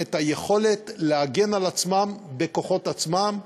את היכולת להגן על עצמם בכוחות עצמם,